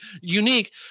unique